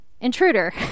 intruder